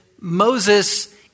Moses